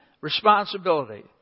responsibility